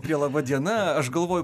prie laba diena aš galvoju